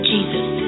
Jesus